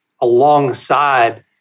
alongside